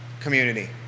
community